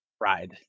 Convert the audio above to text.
ride